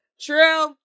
True